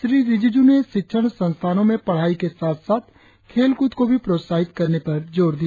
श्री रिजिजू ने शिक्षण संस्थानों में पढ़ाई के साथ साथ खेलकूद को भी प्रोत्साहित करने पर जोर दिया